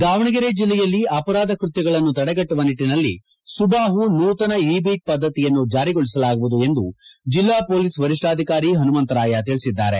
ದಾವಣಗೆರೆ ಜಿಲ್ಲೆಯಲ್ಲಿ ಅಪರಾಧ ಕೃತ್ಯಗಳನ್ನು ತಡೆಗಟ್ಟವ ನಿಟ್ಟಿನಲ್ಲಿ ಸುಬಾಹು ನೂತನ ಇ ಬೀಟ್ ಪದ್ಧತಿಯನ್ನು ಜಾರಿಗೊಳಿಸಲಾಗುವುದು ಎಂದು ಜಿಲ್ಲಾ ಪೊಲೀಸ್ ವರಿಷ್ಠಾಧಿಕಾರಿ ಹನುಮಂತರಾಯ ತಿಳಿಸಿದ್ದಾರೆ